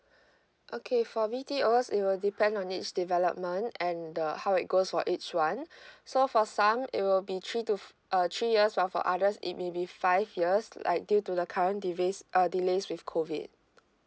okay for B_T_O's it will depend on each development and the how it goes for each one so for some it will be three to four uh three years while for others it maybe five years like due to the current delays uh delays with COVID